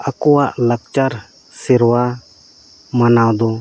ᱟᱠᱚᱣᱟᱜ ᱞᱟᱠᱪᱟᱨ ᱥᱮᱨᱣᱟ ᱢᱟᱱᱟᱣ ᱫᱚ